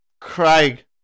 Craig